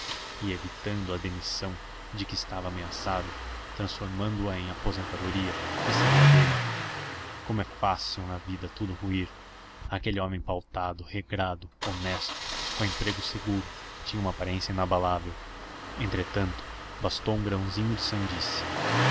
e evitando a demissão de que estava ameaçado transformando a em aposentadoria que seria dele como é fácil na vida tudo ruir aquele homem pautado regrado honesto com emprego seguro tinha uma aparência inabalável entretanto bastou um grãozinho de sandice